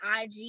IG